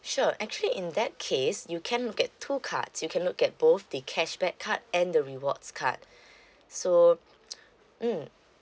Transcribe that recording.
sure actually in that case you can look at two cards you can look at both the cashback card and the rewards card so mmhmm